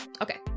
Okay